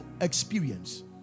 experience